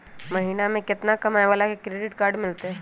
महीना में केतना कमाय वाला के क्रेडिट कार्ड मिलतै?